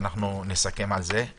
שנסכם על זה;